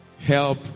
Help